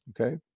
Okay